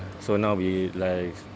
so now we life